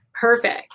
perfect